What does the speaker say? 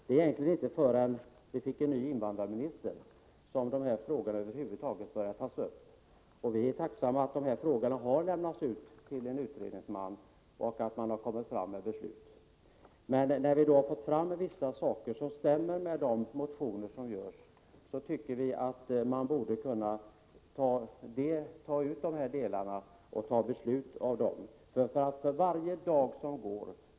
Det var egentligen inte förrän vi fick en ny invandrarminister som dessa frågor över huvud taget började tas upp. Vi är tacksamma för att frågorna har överlämnats till en utredningsman och att man har lagt fram förslag till beslut. Men när det har framkommit vissa uppgifter som stämmer med det som anförs i motionerna, anser vi att man borde kunna ta ut dessa delar och fatta beslut om dem.